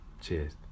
Cheers